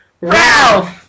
Ralph